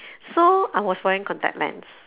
so I was wearing contact lens